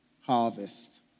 harvest